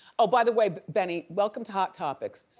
oh, by the way benny, welcome to hot topics.